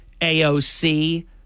AOC